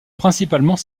principalement